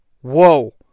Whoa